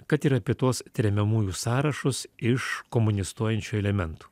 kad ir apie tuos tremiamųjų sąrašus iš komunistuojančių elementų